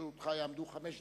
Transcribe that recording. לרשותך יעמדו חמש דקות.